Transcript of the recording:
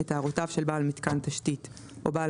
את הערותיו של בעל מיתקן תשתית או בעל